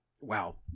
Wow